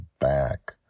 back